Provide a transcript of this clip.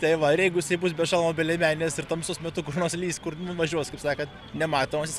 tai va ir jeigu jisai bus be šalmo be liemenės ir tamsos metu kur nors įlįs kur nuvažiuos kaip sakant nematomas